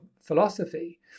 philosophy